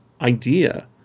idea